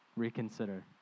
Reconsider